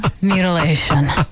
mutilation